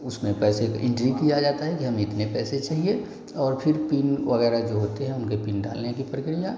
उसमें पैसे की एन्ट्री की जाती है कि हमें इतने पैसे चाहिए और फिर पिन वग़ैरह जो होते हैं उनके पिन डालने की प्रक्रिया